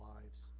lives